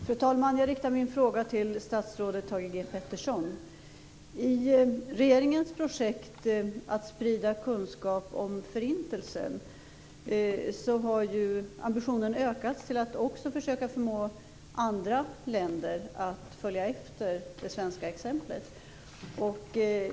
Fru talman! Jag riktar min fråga till statsrådet Thage G Peterson. I regeringens projekt att sprida kunskap om Förintelsen har ambitionen ökats till att också försöka förmå andra länder att följa det svenska exemplet.